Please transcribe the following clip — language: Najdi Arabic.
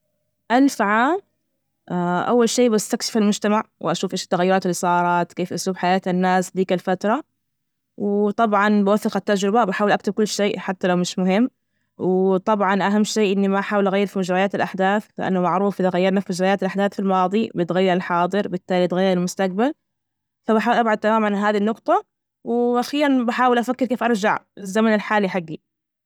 ألف عام أول شي بستكشف المجتمع وأشوف إيش التغيرات اللي صارت، كيف أسلوب حياة الناس ذيك الفترة، وطبعا بوثق التجربة، بحاول أكتب كل شي حتى لو مش مهم طبعا أهم شي إني ما أحاول أغير في مجريات الأحداث، لأنه معروف إذا غيرنا في مجريات الأحداث في الماضى بيتغير الحاضر، بالتالي يتغير المستقبل، فبحاول أبعد تماما عن هذه النقطة، و أخيرا بحاول أفكر كيف أرجع الزمن الحالي حجي؟